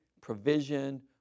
provision